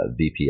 VPS